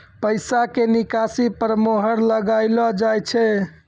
पैसा के निकासी पर मोहर लगाइलो जाय छै